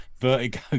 vertigo